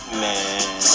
man